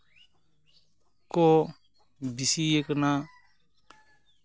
ᱠᱚ ᱵᱮᱥᱤᱭᱟᱠᱟᱱᱟ